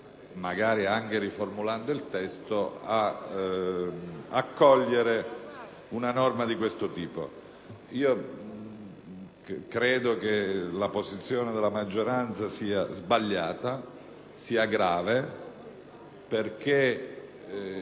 magari anche riformulando il testo, ad accogliere una norma di questo tipo. Io credo che la posizione della maggioranza sia sbagliata e grave, e